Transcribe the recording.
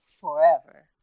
forever